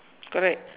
correct